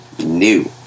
New